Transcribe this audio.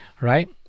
Right